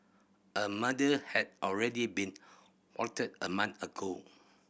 a murder had already been plotted a month ago